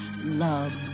love